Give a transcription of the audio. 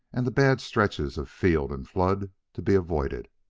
and the bad stretches of field and flood to be avoided.